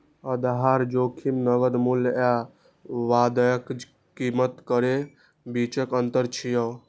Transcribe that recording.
आधार जोखिम नकद मूल्य आ वायदा कीमत केर बीचक अंतर छियै